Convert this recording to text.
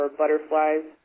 butterflies